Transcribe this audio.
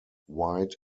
wide